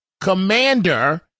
Commander